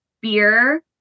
beer